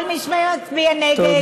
כל מי שמצביע נגד